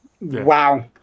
Wow